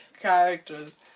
characters